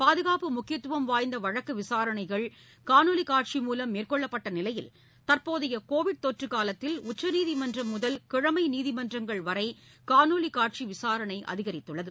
பாதுகாப்பு முக்கியத்துவம் வாய்ந்த வழக்கு விசாரணைகள் காணொலி காட்சி மூலம் மேற்கொள்ளப்பட்ட நிலையில் தற்போதைய கோவிட் தொற்று காலத்தில் உச்சநீதிமன்றம் முதல் கீழமை நீதிமன்றங்கள் வரை காணொலி காட்சி விசாரணை அதிகரித்துள்ளது